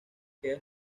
queda